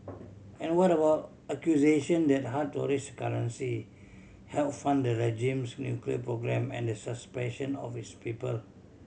and what about accusation that hard tourist currency help fund the regime's nuclear program and the suppression of its people